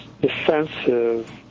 defensive